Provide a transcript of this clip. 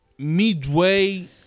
midway